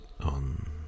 on